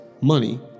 money